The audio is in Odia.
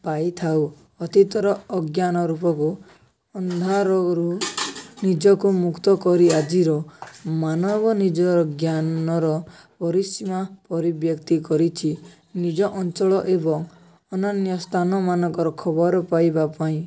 ପାଇଥାଉ ଅତୀତର ଅଜ୍ଞାନ ରୂପକୁ ଅନ୍ଧାର ଘରୁ ନିଜକୁ ମୁକ୍ତ କରି ଆଜିର ମାନବ ନିଜର ଜ୍ଞାନର ପରିସୀମା ପରିବ୍ୟକ୍ତି କରିଛି ନିଜ ଅଞ୍ଚଳ ଏବଂ ଅନ୍ୟାନ୍ୟ ସ୍ଥାନମାନଙ୍କର ଖବର ପାଇବା ପାଇଁ